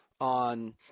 on